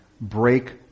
break